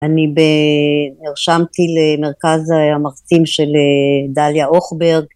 אני נרשמתי למרכז המרצים של דליה אוכברג